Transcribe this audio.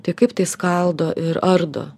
tai kaip tai skaldo ir ardo